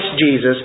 Jesus